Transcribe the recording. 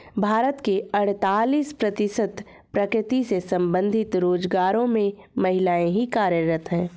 भारत के अड़तालीस प्रतिशत कृषि से संबंधित रोजगारों में महिलाएं ही कार्यरत हैं